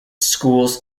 schools